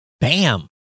bam